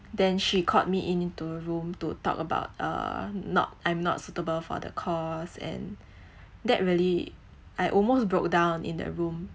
then she called me into the room to talk about uh not I'm not suitable for the course and that really I almost broke down in the room